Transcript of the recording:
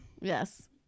Yes